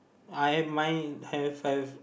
I mine have have